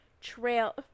trail